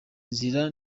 nzira